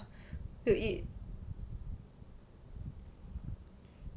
go eat